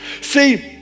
See